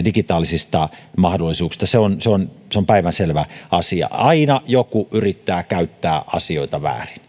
digitaalisista mahdollisuuksista se on se on päivänselvä asia aina joku yrittää käyttää asioita väärin